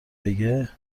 بگه